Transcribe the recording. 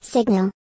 Signal